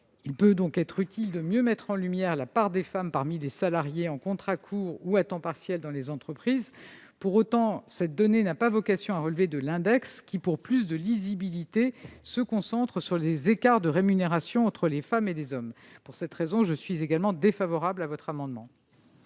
effectivement être utile de mieux mettre en lumière la part des femmes parmi les salariés en contrats courts ou à temps partiel dans les entreprises. Pour autant, cette donnée n'a pas vocation à relever de l'index, lequel, pour plus de lisibilité, se concentre sur les écarts de rémunération entre les femmes et les hommes. Pour cette raison, le Gouvernement est également défavorable à l'amendement.